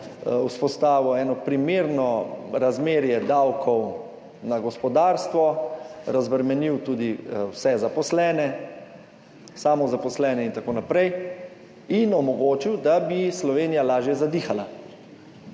vzpostavil eno primerno razmerje davkov na gospodarstvo, razbremenil tudi vse zaposlene, samozaposlene in tako naprej, in omogočil, da bi Slovenija lažje zadihala.